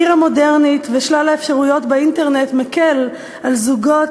העיר המודרנית ושלל האפשרויות באינטרנט מקלים על זוגות